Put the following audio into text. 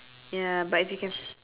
ya but if you can